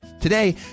Today